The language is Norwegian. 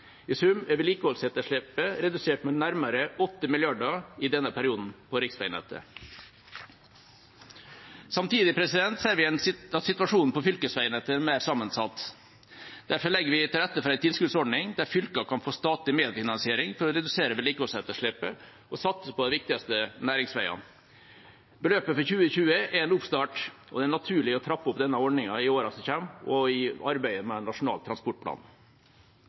I sum er vedlikeholdsetterslepet redusert med nærmere 8 mrd. kr i denne perioden på riksveinettet. Samtidig ser vi at situasjonen på fylkesveinettet er mer sammensatt. Derfor legger vi til rette for en tilskuddsordning der fylker kan få statlig medfinansiering for å redusere vedlikeholdsetterslepet og satse på de viktigste næringsveiene. Beløpet for 2020 er en oppstart, og det er naturlig å trappe opp denne ordningen i årene som kommer, og i arbeidet med Nasjonal transportplan.